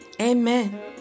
Amen